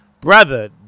Brother